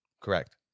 Correct